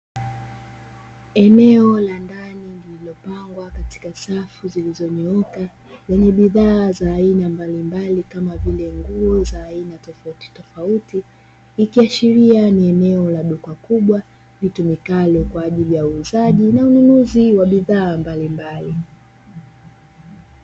Eneo la ndani lililopangwa katika safu zilizonyooka lenye bidhaa za aina mbalimbali kama vile nguo za aina tofautitofauti, ikiashikiria ni eneo la duka kubwa litumikalo kwa ajili ya uuzaji na ununuzi wa bidhaa mbalimbali.